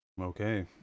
okay